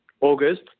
August